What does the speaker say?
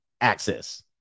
access